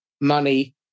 money